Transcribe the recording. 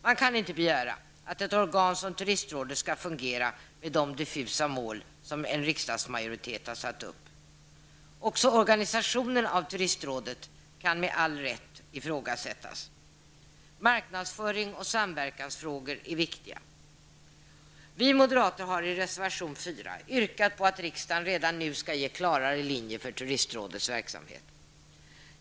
Man kan inte begära att ett organ som turistrådet skall fungera med de diffusa mål som en riksdagsmajoritet har satt upp. Även organisationen av turistrådet kan med all rätt ifrågasättas. Marknadsföring och samverkansfrågor är viktiga. Vi moderater har i reservation nr 4 yrkat på att riksdagen redan nu skall ge klarare linjer för turistrådets verksamhet.